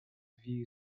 view